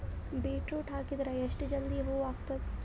Beetroot ಹಾಕಿದರ ಎಷ್ಟ ಜಲ್ದಿ ಹೂವ ಆಗತದ?